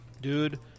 Dude